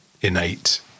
innate